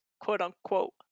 quote-unquote